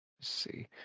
See